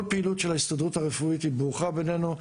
כל פעילות של ההסתדרות הרפואית ברוכה בעינינו.